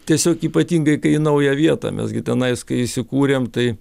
tiesiog ypatingai kai į naują vietą mes gi tenais kai įsikūrėm tai